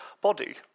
body